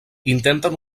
intenten